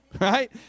right